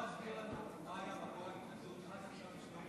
את יכולה להסביר לנו מה היה מקור ההתנגדות עד עכשיו?